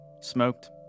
smoked